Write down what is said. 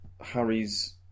Harry's